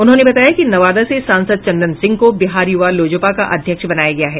उन्होंने बताया कि नवादा से सांसद चंदन सिंह को बिहार युवा लोजपा का अध्यक्ष बनाया गया है